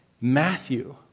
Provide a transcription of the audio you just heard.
Matthew